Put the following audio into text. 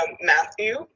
Matthew